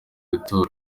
gutora